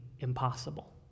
impossible